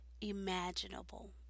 imaginable